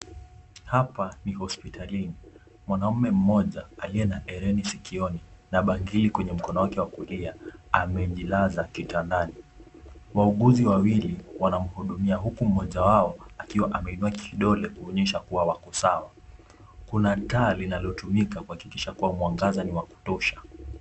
Hapa ni hospitalini, mwanamume mmoja aliye na herini sikioni na bangili kwenye mkono wake wa kulia amejilaza kitandani, wauguzi wawili wanamhudumia huku mmoja akiwa ameinua kidole kuonyesha kuwa wako sawa. Kuna taa linalotumika kuhakikisha kuwa mwangaza ni wa kutosha.